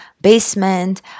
basement